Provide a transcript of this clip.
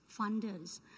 funders